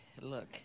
Look